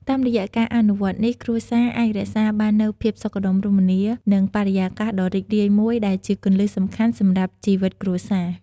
តាមរយៈការអនុវត្តនេះ គ្រួសារអាចរក្សាបាននូវភាពសុខដុមរមនា និងបរិយាកាសដ៏រីករាយមួយ ដែលជាគន្លឹះសំខាន់សម្រាប់ជីវិតគ្រួសារ។